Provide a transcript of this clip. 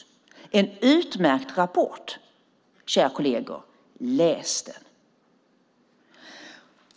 Det är en utmärkt rapport, kära kolleger. Läs den!